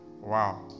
Wow